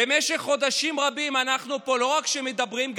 במשך חודשים רבים אנחנו לא רק מדברים,